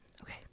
okay